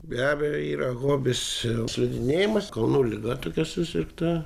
be abejo yra hobis slidinėjimas kalnų liga tokia susirgta